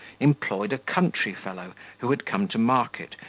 employed a country fellow, who had come to market,